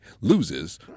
loses